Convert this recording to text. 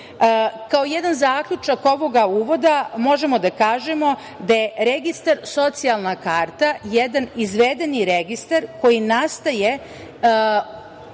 jedan zaključak ovoga uvoda možemo da kažemo da je registar socijalna karta jedan izvedeni registar koji nastaje